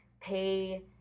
pay